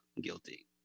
guilty